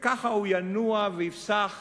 וככה הוא ינוע ויפסח